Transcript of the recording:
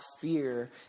fear